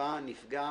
תקציבה נפגע